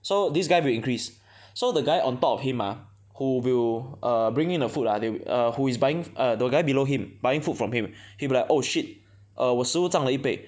so this guy will increase so the guy on top of him ah who will err bring in the food ah they'll err who is buying err the guy below him buying food from him he will be like oh shit err 我食物涨了一倍